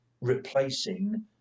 replacing